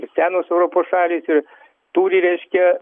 ir senos europos šalys ir turi reiškia